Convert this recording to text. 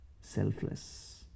selfless